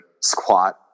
squat